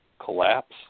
collapse